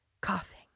coughing